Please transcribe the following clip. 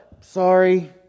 sorry